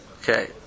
Okay